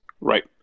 Right